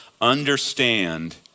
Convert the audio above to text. understand